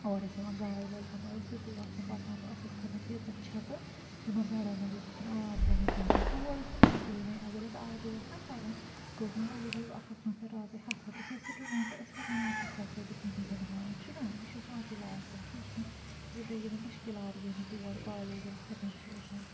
اورٕ ٲسۍ یِوان گاڑِ وٲلۍ تِم ٲسۍ سیٚودُے آسان پَکان تہٕ اَسہِ ٲس کھژان تیٖژاہ چھِکہٕ تِمَن گڑَن منٛز اوس آسان آب گوٚمُت جمع توڑ اوس نہٕ بِلکُلے وَنۍ اگر أسۍ آٹوٗ اوسس نا کَران سُہ اوس دپان ؤلو دِیو اَکھ اکھ نفر رۄپی ہَتھ أس ٲسۍ سٹوڈَنٹ ٲسۍ کتہِ انہو ہتھ ہَتھ رۄپیہِ تٔمِس دِمہٕ ہاون چھُ نا یہِ چھُ سونٛچن لایق کَتھ تہٕ یہِ چھِ مےٚ زندگی منٛز مُشکِلات گٔمٕتۍ تور کالج ییٚلہِ کھژَان چھِ أسین